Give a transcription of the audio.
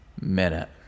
minute